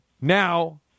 now